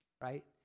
right